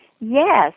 Yes